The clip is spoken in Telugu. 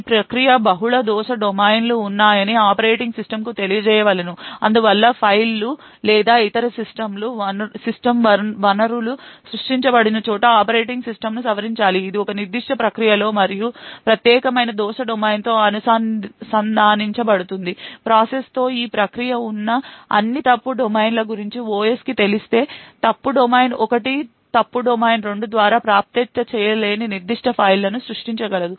ఈ ప్రక్రియకు బహుళ ఫాల్ట్ డొమైన్లు ఉన్నాయని ఆపరేటింగ్ సిస్టమ్కు తెలియజేయవలెను అందువల్ల ఫైల్లు లేదా ఇతర సిస్టమ్ వనరులు సృష్టించబడిన చోట ఆపరేటింగ్ సిస్టమ్ను సవరించాలి ఇది ఒక నిర్దిష్ట ప్రక్రియతో మరియు ప్రత్యేకమైన ఫాల్ట్ డొమైన్తో అనుసంధానించబడుతుంది ప్రాసెస్ తో ఈ ప్రక్రియలో ఉన్న అన్ని ఫాల్ట్ డొమైన్ల గురించి OS కి తెలిస్తే ఫాల్ట్ డొమైన్ 1 ఫాల్ట్ డొమైన్ 2 ద్వారా ప్రాప్యత చేయలేని ఒక నిర్దిష్ట ఫైల్ను సృష్టించగలదు